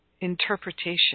interpretation